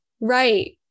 Right